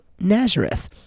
Nazareth